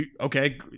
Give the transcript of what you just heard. okay